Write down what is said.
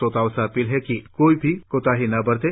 श्रोताओं से अपील है कि कोई भी कोताही न बरतें